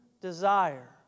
desire